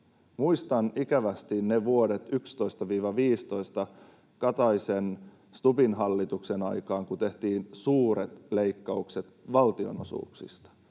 Muistan ikävästi ne vuodet 2011—2015 Kataisen—Stubbin hallituksen aikaan, kun tehtiin suuret leikkaukset valtionosuuksista,